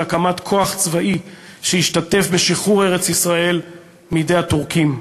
הקמת כוח צבאי שישתתף בשחרור ארץ-ישראל מידי הטורקים.